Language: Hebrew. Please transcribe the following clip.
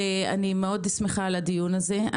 מאוד שמחה על הדיון הזה.